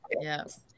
Yes